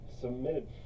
submitted